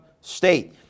State